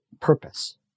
Purpose